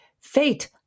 Fate